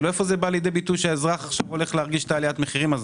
איפה זה בא לידי ביטוי בעליית המחירים לאזרח?